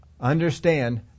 Understand